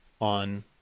on